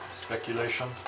Speculation